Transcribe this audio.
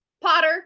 Potter